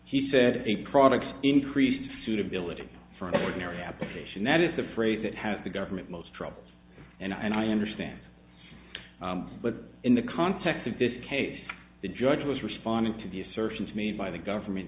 he said a products increased suitability for ordinary application that is the phrase that has the government most troubles and i understand but in the context of this case the judge was responding to the assertions made by the government